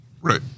Right